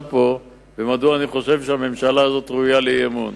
פה לומר מדוע אני חושב שהממשלה הזאת ראויה לאי-אמון.